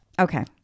Okay